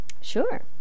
Sure